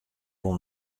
wol